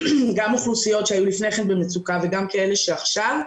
גם אוכלוסיות שהיו לפני כן במצוקה וגם כאלה שעכשיו,